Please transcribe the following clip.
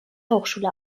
hochschule